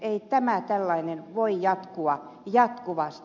ei tämä tällainen voi jatkua jatkuvasti